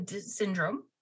syndrome